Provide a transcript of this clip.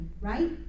right